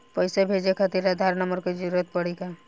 पैसे भेजे खातिर आधार नंबर के जरूरत पड़ी का?